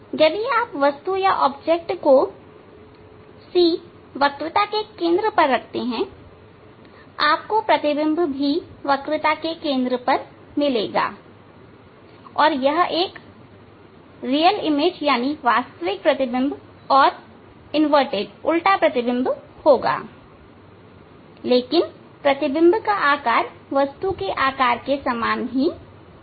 यदि आप वस्तु को C वक्रता के केंद्र पर रखते हैं आपको प्रतिबिंब भी वक्रता के केंद्र पर मिलेगा और यह एक वास्तविक प्रतिबिंब और उल्टा होगा लेकिन प्रतिबिंब का आकार वस्तु के आकार के समान होगा